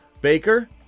Baker